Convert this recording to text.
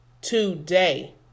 today